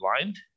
blind